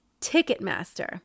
Ticketmaster